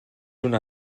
una